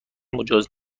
مجاز